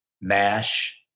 Mash